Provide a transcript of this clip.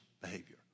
behavior